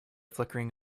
flickering